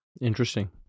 Interesting